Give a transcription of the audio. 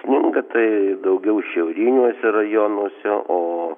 sninga tai daugiau šiauriniuose rajonuose o